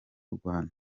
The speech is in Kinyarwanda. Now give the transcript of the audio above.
rwanda